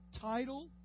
title